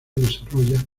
desarrolla